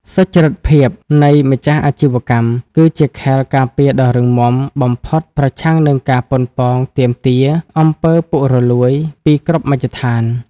សុច្ចរិតភាពនៃម្ចាស់អាជីវកម្ម គឺជាខែលការពារដ៏រឹងមាំបំផុតប្រឆាំងនឹងការប៉ុនប៉ងទាមទារ អំពើពុករលួយ ពីគ្រប់មជ្ឈដ្ឋាន។